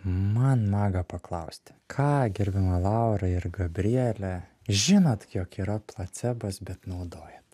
man maga paklausti ką gerbiama laura ir gabrielė žinot jog yra placebas bet naudojat